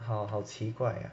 好好奇怪 ah